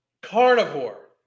carnivore